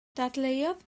dadleuodd